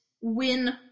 win